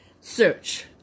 search